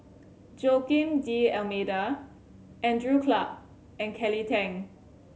Joaquim D'Almeida Andrew Clarke and Kelly Tang